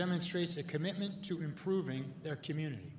demonstrates a commitment to improving their community